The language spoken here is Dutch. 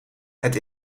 het